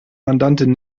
mandantin